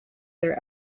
their